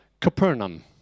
Capernaum